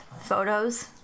photos